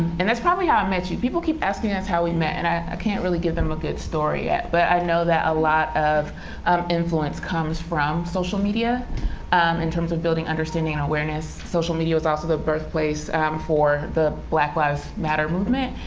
and that's probably how i met you. people keep asking us how we met. and i ah can't really give them a good story yet. but i know that a lot of influence comes from social media in terms of building understanding and awareness. social media was also the birthplace for the black lives matter movement.